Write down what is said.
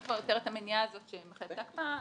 פה יותר את המניעה הזאת שמחייבת הקפאה,